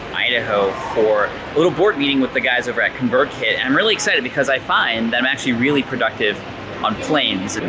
idaho for a little board meeting with the guys over at convertkit, and i'm really excited because i find that i'm actually really productive on planes.